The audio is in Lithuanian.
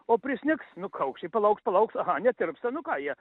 o prisnigs nu kaukščiai palauks palauks aha netirpsta nu ką jie